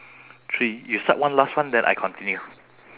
three you start one last one then I continue